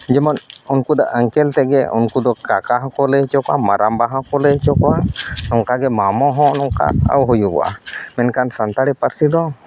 ᱡᱮᱢᱚᱱ ᱩᱱᱠᱩ ᱫᱚ ᱟᱝᱠᱮᱞ ᱛᱮᱜᱮ ᱩᱝᱠᱩ ᱫᱚ ᱠᱟᱠᱟ ᱦᱚᱸᱠᱚ ᱞᱟᱹᱭ ᱦᱚᱪᱚ ᱠᱚᱣᱟ ᱢᱟᱨᱟᱢᱵᱟ ᱦᱚᱸᱠᱚ ᱞᱟᱹᱭ ᱦᱚᱪᱚ ᱠᱚᱣᱟ ᱚᱱᱠᱟᱜᱮ ᱢᱟᱢᱚ ᱦᱚᱸ ᱱᱚᱝᱠᱟ ᱦᱩᱭᱩᱜᱼᱟ ᱢᱮᱱᱠᱷᱟᱱ ᱥᱟᱱᱛᱟᱲᱤ ᱯᱟᱹᱨᱥᱤ ᱫᱚ